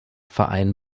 verein